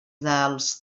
dels